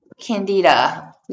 candida